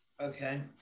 Okay